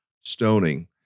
stoning